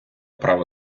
право